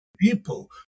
people